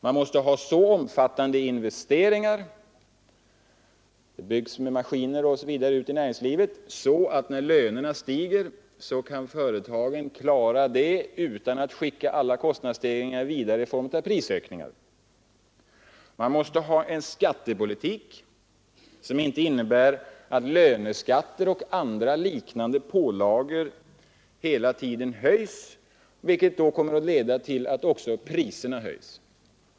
Man måste ha så omfattande investeringar — i byggnader och maskiner ute i näringslivet — att företagen kan klara av lönehöjningarna utan att skicka alla kostnadsstegringar vidare i form av prisökningar. Man måste ha en skattepolitik som inte innebär att löneskatter och andra liknande pålagor hela tiden höjs, vilket kommer att leda till att också priserna höjs.